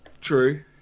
True